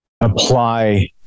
apply